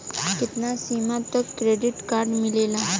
कितना सीमा तक के क्रेडिट कार्ड मिलेला?